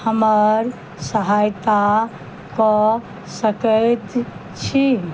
हमर सहायता कऽ सकैत छी